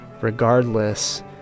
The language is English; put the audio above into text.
regardless